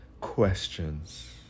questions